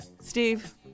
Steve